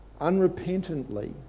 unrepentantly